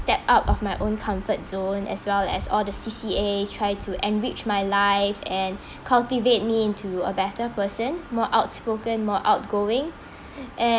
step out of my own comfort zone as well as all the C_C_As try to enrich my life and cultivate me into a better person more outspoken more outgoing and